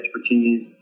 expertise